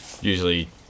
usually